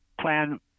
plan